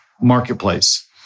marketplace